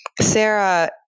Sarah